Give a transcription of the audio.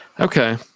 Okay